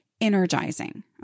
energizing